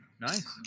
Nice